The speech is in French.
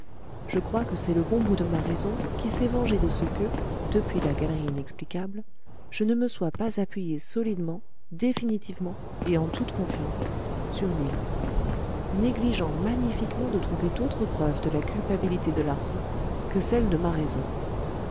je crois que c'est le bon bout de ma raison qui s'est vengé de ce que depuis la galerie inexplicable je ne me fusse pas appuyé solidement définitivement et en toute confiance sur lui négligeant magnifiquement de trouver d'autres preuves de la culpabilité de larsan que celle de ma raison